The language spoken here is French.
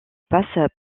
passent